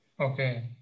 Okay